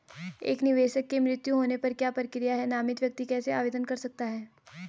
एक निवेशक के मृत्यु होने पर क्या प्रक्रिया है नामित व्यक्ति कैसे आवेदन कर सकता है?